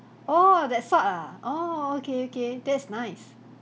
oh that sort ah oh okay okay that's nice